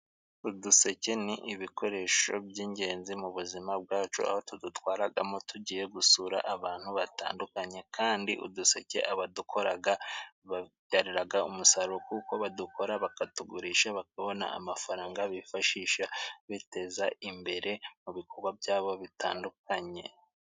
Uduseke ni ibikoresho by'ingenzi mu buzima bwacu aho tudutwararamo tugiye gusura abantu batandukanye, kandi uduseke abadukora tubabyarira umusaruro kuko badukora bakatugurisha bakabona amafaranga bifashisha biteza imbere mu bikorwa byabo bitandukanye.